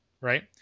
right